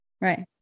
Right